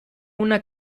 una